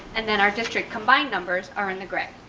and then our district combined numbers are in the gray.